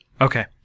Okay